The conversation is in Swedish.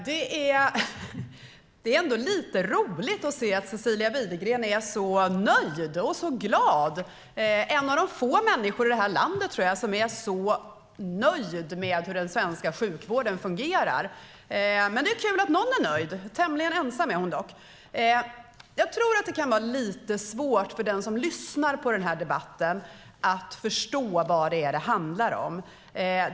Herr talman! Det är ändå lite roligt att se att Cecilia Widegren är så nöjd och glad. Det är få människor i landet som är så nöjda med hur den svenska sjukvården fungerar. Men det är kul att någon är nöjd. Tämligen ensam är hon dock. Jag tror att det kan vara lite svårt för den som lyssnar på debatten att förstå vad den handlar om.